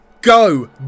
Go